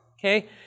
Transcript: okay